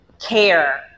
care